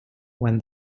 when